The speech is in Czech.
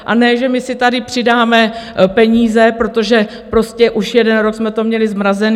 A ne že my si tady přidáme peníze, protože prostě už jeden rok jsme to měli zmrazené.